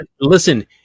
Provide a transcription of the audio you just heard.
Listen